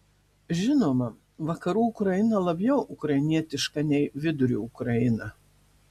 žinoma vakarų ukraina labiau ukrainietiška nei vidurio ukraina